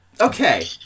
Okay